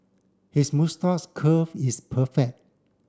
his moustache curl is perfect